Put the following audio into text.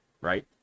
right